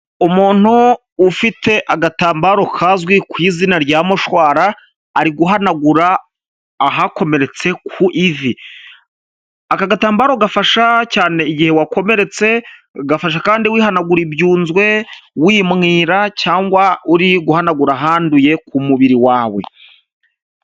Umuntu ufite agatambaro kazwi ku izina rya mushwara ari guhanagura ahakomeretse ku ivi, aka gatambaro gafasha cyane igihe wakomeretse, gafasha kandi wihanagura ibyunzwe, wimwira cyangwa uri guhanagura ahanduye ku mubiri wawe.